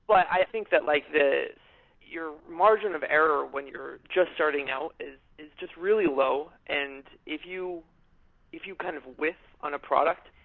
but i think that like your margin of error when you're just starting out is is just really low and if you if you kind of width on a product,